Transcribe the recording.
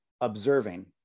observing